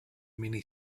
many